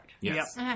Yes